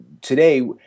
today